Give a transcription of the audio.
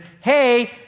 hey